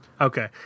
Okay